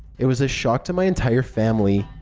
it was a shock to my entire family.